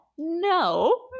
No